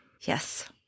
Yes